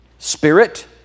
Spirit